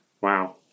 Wow